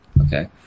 okay